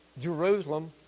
Jerusalem